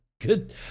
good